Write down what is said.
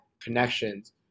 connections